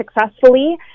successfully